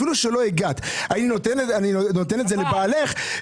אני נותנת את זה לבעלך,